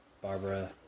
Barbara